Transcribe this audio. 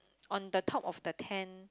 on the top of the tent